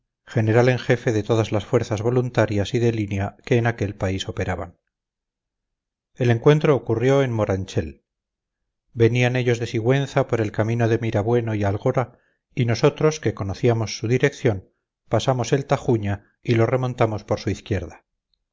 general en jefe de todas las fuerzas voluntarias y de línea que en aquel país operaban el encuentro ocurrió en moranchel venían ellos de sigüenza por el camino de mirabueno y algora y nosotros que conocíamos su dirección pasamos el tajuña y lo remontamos por su izquierda